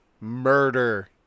Murder